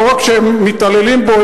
לא רק שהם מתעללים בו,